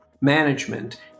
management